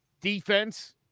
defense